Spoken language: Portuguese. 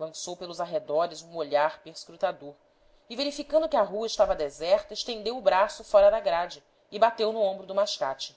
lançou pelos arredores um olhar perscrutador e verificando que a rua estava deserta estendeu o braço fora da grade e bateu no ombro do mascate